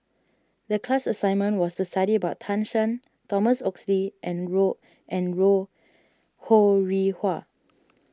the class assignment was to study about Tan Shen Thomas Oxley and and Ho Rih Hwa